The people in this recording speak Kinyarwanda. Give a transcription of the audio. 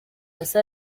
hasi